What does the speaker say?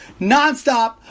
nonstop